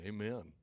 Amen